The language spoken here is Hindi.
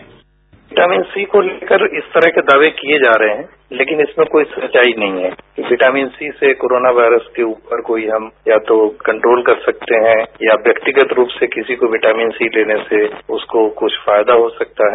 बाइट विटामिन सी को लेकर इस तरह के दावे किये जा रहे हैं लेकिन इस पर कोई सच्चाई नहीं है कि विटामिन सी से कोरोना वायरस के ऊपर कोई हम या तो कंट्रोल कर सकते हैं या व्यक्तिगत रूप से से किसी को विटामिन सी देने से उसको कुछ फायदा हो सकता है